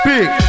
Big